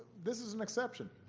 this is an exception.